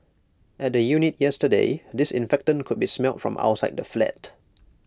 at the unit yesterday disinfectant could be smelt from outside the flat